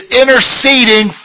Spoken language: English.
interceding